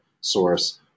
source